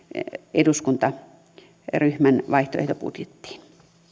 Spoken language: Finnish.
eduskuntaryhmän vaihtoehtobudjettiin